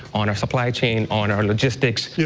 on our supply chain, on our logistics. yeah